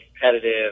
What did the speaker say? competitive